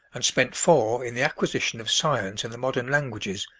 and spent four in the acquisition of science and the modern languages,